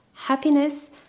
happiness